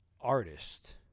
artist